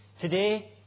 today